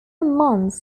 mons